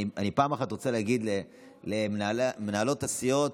אני פעם אחת רוצה להגיד למנהלות הסיעות,